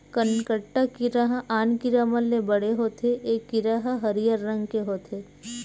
कनकट्टा कीरा ह आन कीरा मन ले बड़े होथे ए कीरा ह हरियर रंग के होथे